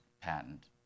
patent